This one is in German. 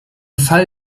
fall